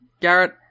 Garrett